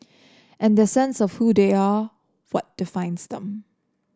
and their sense of who they are what defines them